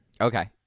Okay